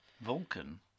Vulcan